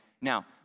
Now